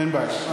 אין בעיה.